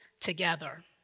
together